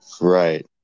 Right